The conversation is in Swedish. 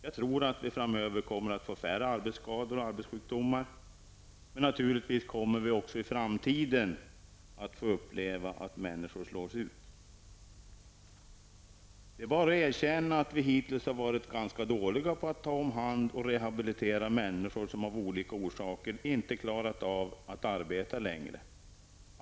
Jag tror att vi framöver kommer att få färre arbetsskador och arbetssjukdomar, men naturligtvis kommer vi också i framtiden att få uppleva att människor slås ut. Det är bara att erkänna att vi hittills har varit ganska dåliga på att ta om hand och rehabilitera människor som av olika orsaker inte klarat av att arbeta längre.